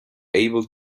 able